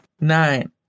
Nine